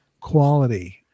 quality